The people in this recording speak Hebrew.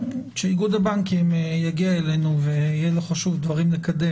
כשאיגוד הבנקים יגיע אלינו ויהיה לו חשוב לקדם דברים,